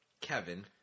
Kevin